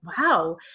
wow